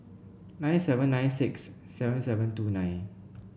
nine seven nine six seven seven two nine